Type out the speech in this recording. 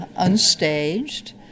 unstaged